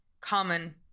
common